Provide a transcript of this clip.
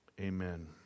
Amen